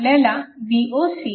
आपल्याला Voc 1